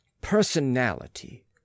personality